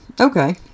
Okay